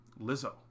Lizzo